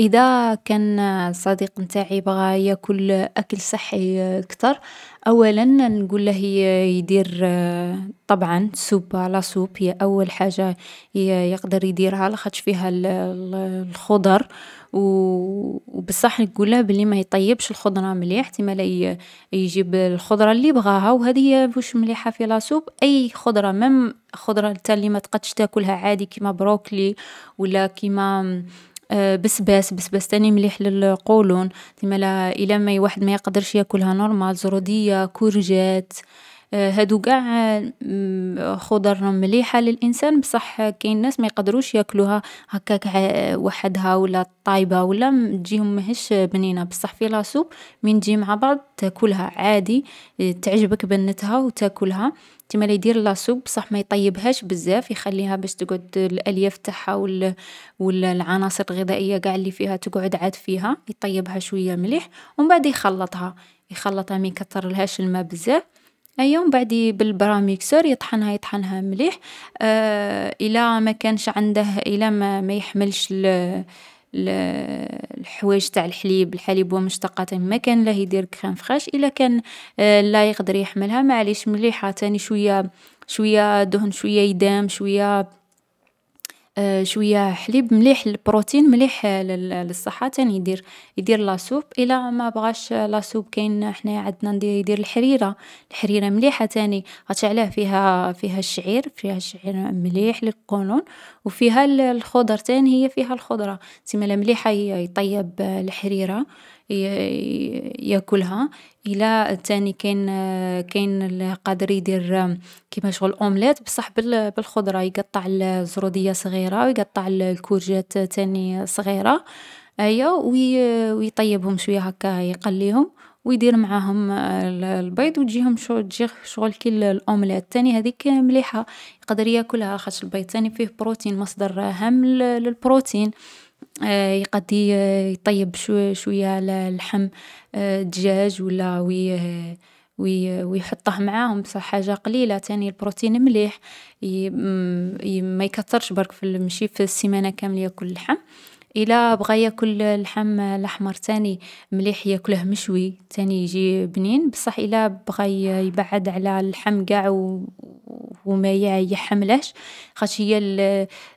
﻿إذا كان الصديق متاعي بغا ياكل أكل صحي أكثر، أولاً نقول له ي-يدير طبعاً سوب. لاسوب هي أول حاجة يقدر ي-يديرها، لاخاطش فيها الخضر، و بالصح نقول له باللي ما يطيبش الخضرة مليح يتسما ي-يجيب الخضرة اللي بغاها، وهذي وش مليحة في لاسوب. أي خضرة ميم الخضرة انت ما تقدرش تأكلها عادي كيما بروكلي، ولا كيما بسباس، بسباس تاني مليح للقولون، امالا إلا الواحد ما يقدرش يأكلها نورمال زرودية كورجات، هذو قاع خضر مليحة للإنسان بالصح كاين أشخاص ما يقدروش ياكلوها، هكاك وحدها ولا طايبة ولا م-تجيهم ماهيش بنينة. بالصح في لاسوب مين تجي مع بعض تأكلها عادي تعجبك بنتها وتأكلها كيما اللي يدير لاسوب بصح ما يطيبهاش بزاف يخليها باش تقعد الألياف تاعها و ال والعناصر الغذائية قاع اللي فيها تقعد عاد فيها يطيبها شوية مليح ومن بعد يخلطها. يخلطها ما يكترلهاش الما بزاف أيا وبعد بالبراميكسور يطحنها، يطحنها مليح إلا ما كانش عنده إلا ما ما يحملش الحوايج تع الحليب. الحليب و مشتقاته ما كان ليه يدير كريم فخاش، إلا كان لا يقدر يحملها معاليش مليحة تاني شوية شوية دهن شوية ايدام شوية حليب مليح البروتين مليح للصحة تاني يدير يدير لاسوب الا ما بغاش لاسوب كاين احنايا عدنا ن-يدير الحريرة. الحريرة مليحة تاني خطش علاه فيها فيها الشعير فيها الشعير مليح للقولون وفيها الخضر تاني هي فيها الخضرة يتسمى مليحة يطيب الحريرة ياكلها الا تاني كاين كاين ل-قادر يدير كيما شغل اومليت بصح بال بالخضرة يقطع الزرودية صغيرة، ويقطع الكورجات تاني صغيرة، ايا ويطيبهم شوية هكا يقليهم، ويدير معاهم البيض وجيهم و جي شغل كي الاومليت تاني هذيك مليحة. يقدر ياكلها خطش البيض تاني فيه بروتين مصدر هام للبروتين، يقد يطيب شوية للحم دجاج ولا و يحطه معاهم بالصح حاجة قليلة تاني البروتين مليح. ما يكترش برك ماشي في السمانة كاملة ياكل اللحم، الا بغا ياكل اللحم الاحمر تاني مليح ياكله مشوي، تاني يجي بنين بالصح الا بغا ي-يبعد على اللحم قاع و ما يحملهش، خاش هي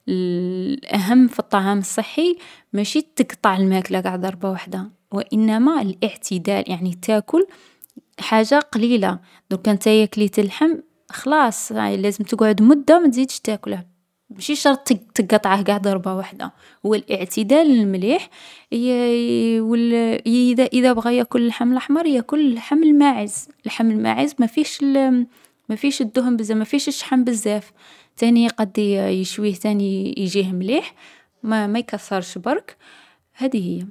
الاهم في الطعام الصحي، مشي تقطع الماكلة قع ضربة وحدة، وانما الاعتدال يعني تاكل حاجة قليلة. دوكا نتايا كليت اللحم، خلاص لازم تقعد مدة ما تزيدش تاكلها مشي شرط تقطعها قع ضربة وحدة والاعتدال المليح. اذا اذا بغى ياكل اللحم الاحمر ياكل لحم الماعز، اللحم الماعز مفيش مفيش الدهن بزاف مفيش الشحم بزاف تاني قد يشويه تاني يجيه مليح ما يكثرش برك. هدي هي.